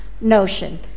notion